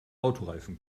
autoreifen